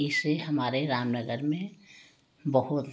इसे हमारे रामनगर में बहुत